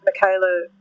Michaela